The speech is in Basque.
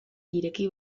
ireki